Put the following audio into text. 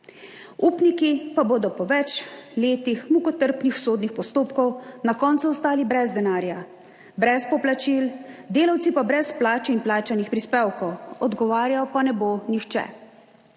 upniki pa bodo po več letih mukotrpnih sodnih postopkov na koncu ostali brez denarja, brez poplačil, delavci pa brez plač in plačanih prispevkov, odgovarjal pa ne bo nihče.